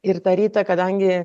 ir tą rytą kadangi